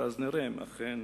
ואז נראה אם אכן